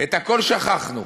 את הכול שכחנו.